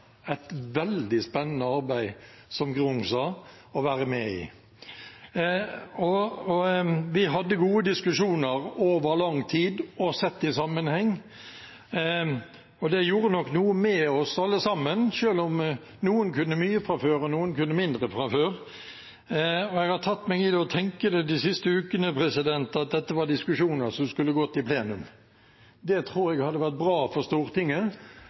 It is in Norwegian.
et veldig spennende arbeid, som Grung sa, å være med i. Vi hadde gode diskusjoner over lang tid og sett i sammenheng. Det gjorde nok noe med oss alle sammen, selv om noen kunne mye fra før, og noen kunne mindre fra før. Jeg har tatt meg i å tenke de siste ukene at dette var diskusjoner som skulle gått i plenum. Det tror jeg hadde vært bra for Stortinget